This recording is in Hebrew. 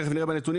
תכף נראה בנתונים,